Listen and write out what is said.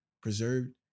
preserved